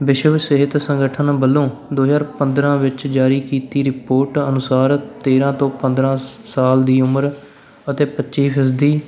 ਵਿਸ਼ਵ ਸਿਹਤ ਸੰਗਠਨ ਵੱਲੋਂ ਦੋ ਹਜ਼ਾਰ ਪੰਦਰ੍ਹਾਂ ਵਿੱਚ ਜਾਰੀ ਕੀਤੀ ਰਿਪੋਰਟ ਅਨੁਸਾਰ ਤੇਰ੍ਹਾਂ ਤੋਂ ਪੰਦਰ੍ਹਾਂ ਸਾਲ ਦੀ ਉਮਰ ਅਤੇ ਪੱਚੀ ਫੀਸਦੀ